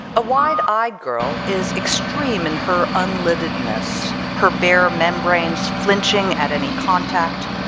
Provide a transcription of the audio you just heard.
a wide-eyed ah girl is extreme in her unliddedness, her bare membranes flinching at any contact,